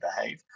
behave